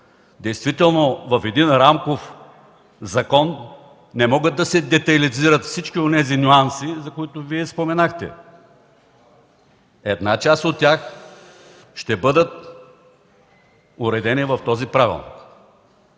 Действително в един рамков закон не могат да се детайлизират всички онези нюанси, за които споменахте. Една част от тях ще бъдат уредени в този правилник.